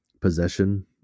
possession